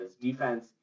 defense